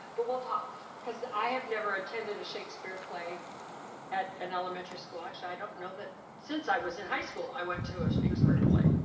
but we'll talk cause i have never attended a shakespeare play at an elementary school. actually, i don't know that since i was in high school that i went to a shakespeare play.